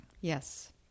Yes